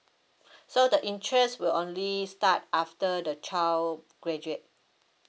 so the interest will only start after the child graduate